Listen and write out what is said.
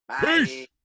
peace